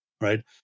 right